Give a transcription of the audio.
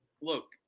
look